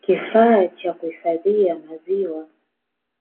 Kifaa cha kuhifadhia maziwa